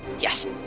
Yes